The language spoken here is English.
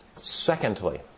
Secondly